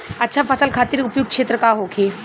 अच्छा फसल खातिर उपयुक्त क्षेत्र का होखे?